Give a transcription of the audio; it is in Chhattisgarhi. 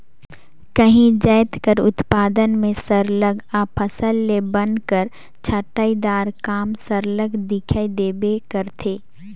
काहींच जाएत कर उत्पादन में सरलग अफसल ले बन कर छंटई दार काम सरलग दिखई देबे करथे